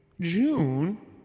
June